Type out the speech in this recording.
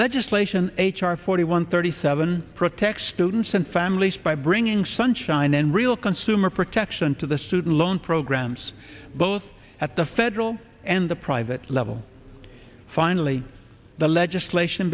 legislation h r forty one thirty seven protects students and families by bringing sunshine and real consumer protection to the student loan programs both at the federal and the private level finally the legislation